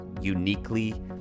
uniquely